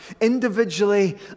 individually